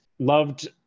Loved